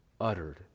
uttered